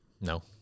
No